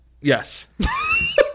Yes